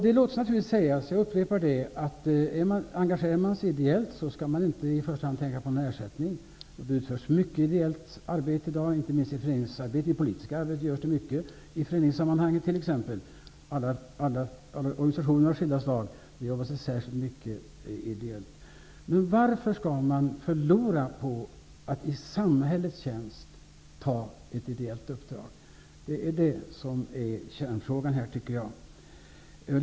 Det låter sig naturligtvis sägas -- jag upprepar det -- att den som engagerar sig ideellt inte i första hand skall tänka på en ersättning. Det utförs mycket ideellt arbete i dag, inte minst i föreningar, i det politiska arbetet, i organisationer av skilda slag. Varför skall man förlora på att i samhällets tjänst ta ett ideellt uppdrag? Detta är kärnfrågan, tycker jag.